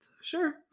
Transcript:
sure